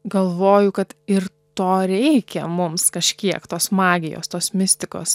galvoju kad ir to reikia mums kažkiek tos magijos tos mistikos